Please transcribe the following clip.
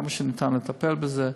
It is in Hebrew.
כמה שניתן לטפל בזה.